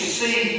see